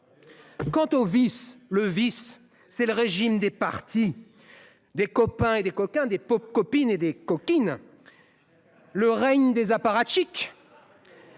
Quant au vice, c’est le régime des partis, des copains et des coquins, des copines et des coquines, c’est le règne des apparatchiks,